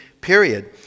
period